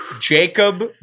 Jacob